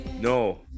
no